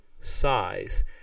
size